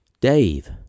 Dave